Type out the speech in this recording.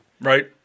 Right